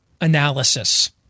analysis